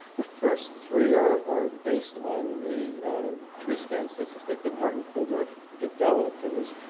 the first three are are based on the treescan statistic that martin kulldorff developed it was,